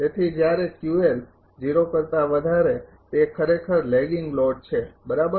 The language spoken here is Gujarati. તેથી જ્યારે તે ખરેખર લેગિંગ લોડ છે બરાબર